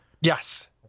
yes